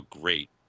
great